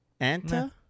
Anta